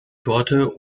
torte